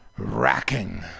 racking